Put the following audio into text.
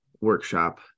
workshop